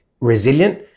resilient